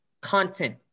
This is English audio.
content